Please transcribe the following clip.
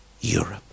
Europe